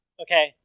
Okay